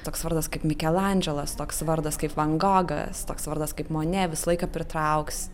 toks vardas kaip mikelandželas toks vardas kaip van gogas toks vardas kaip monė visą laiką pritrauks